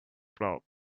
bulb